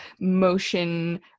motion